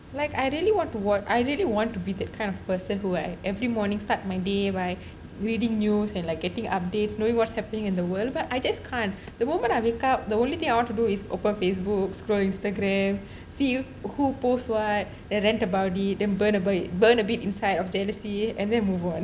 like I really want to work I really want to be that kind of person who like every morning start my day by reading news and like getting updates knowing what's happening in the world but I just can't the moment I wake up the only thing I want to do is open facebook scrolling instagram see who post what then rant about it then burnable burn a bit inside of jealousy and then move on